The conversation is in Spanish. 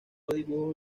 dibujos